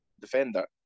defender